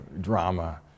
drama